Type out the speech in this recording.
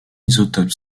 isotope